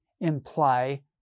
imply